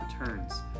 returns